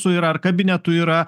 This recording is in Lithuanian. yra ar kabinetų yra